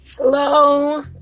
Hello